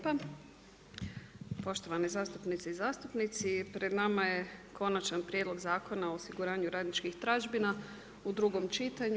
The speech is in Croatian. Poštovane zastupnice i zastupnici, pred nama je Konačan prijedlog zakona o osiguranju radničkih tražbina u drugom čitanju.